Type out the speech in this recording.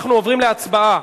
אנחנו עוברים להצבעה.